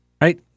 Right